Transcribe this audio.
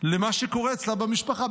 למה שקורה אצלה במשפחה,